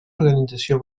organització